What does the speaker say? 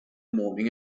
morning